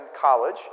college